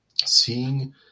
seeing